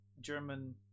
German